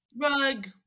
rug